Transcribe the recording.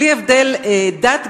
בלי הבדל דת,